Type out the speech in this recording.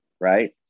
Right